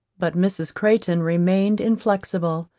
but mrs. crayton remained inflexible.